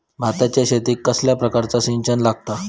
भाताच्या शेतीक कसल्या प्रकारचा सिंचन लागता?